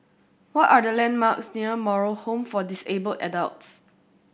what are the landmarks near Moral Home for Disabled Adults